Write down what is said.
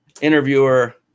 interviewer